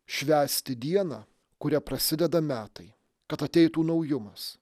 švęsti dieną kuria prasideda metai kad ateitų naujumas